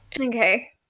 Okay